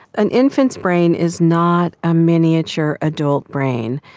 an infant's brain is not a miniature adult brain,